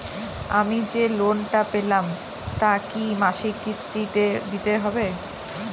আমি যে লোন টা পেলাম তা কি মাসিক কিস্তি তে দিতে হবে?